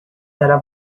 era